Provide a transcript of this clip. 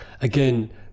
again